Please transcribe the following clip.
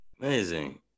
amazing